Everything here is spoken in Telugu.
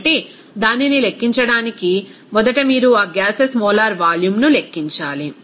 కాబట్టి దానిని లెక్కించడానికి మొదట మీరు ఆ గ్యాసెస్ మోలార్ వాల్యూమ్ను లెక్కించాలి